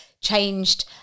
changed